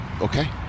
Okay